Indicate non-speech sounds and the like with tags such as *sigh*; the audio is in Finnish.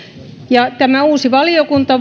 ja tämä uusi valiokunta *unintelligible*